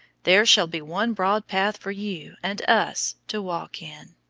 there shall be one broad path for you and us to walk in.